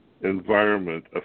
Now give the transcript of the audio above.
environment